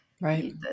right